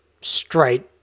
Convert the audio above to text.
straight